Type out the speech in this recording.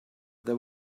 there